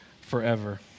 forever